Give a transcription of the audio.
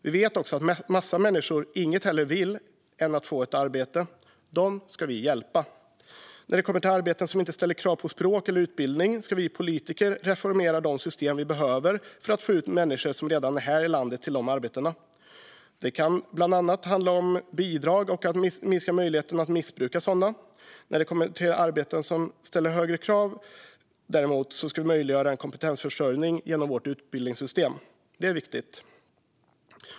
Vi vet också att en massa människor inget hellre vill än att få ett arbete. Dem ska vi hjälpa. När det kommer till arbeten som inte ställer krav på språk eller utbildning ska vi politiker reformera de system som behövs för att få ut människor som redan är här i landet till dessa arbeten. Det handlar bland annat om att minska möjligheten att missbruka bidrag. När det kommer till arbeten som ställer högre krav ska vi möjliggöra en kompetensförsörjning genom det svenska utbildningssystemet. Det är viktigt.